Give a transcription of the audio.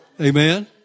Amen